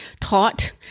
taught